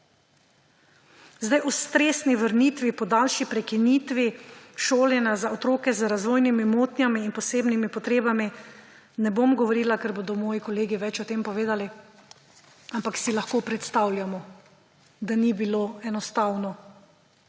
Zdaj, o stresni vrnitvi po daljši prekinitvi šolanja za otroke z razvojnimi motnjami in posebnimi potrebami ne bom govorila, ker bodo moji kolegi več o tem povedali, ampak si lahko predstavljamo, da ni bilo enostavno